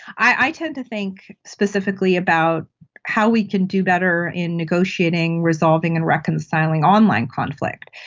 i tend to think specifically about how we can do better in negotiating, resolving and reconciling online conflict.